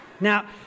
Now